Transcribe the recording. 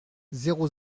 zéro